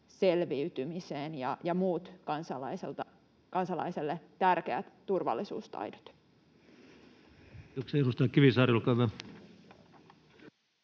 taidot ja muut kansalaiselle tärkeät turvallisuustaidot